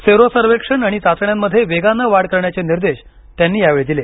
sero सर्वेक्षण आणि चाचण्यांमध्ये वेगानं वाढ करण्याचे निर्देश त्यांनी यावेळी दिले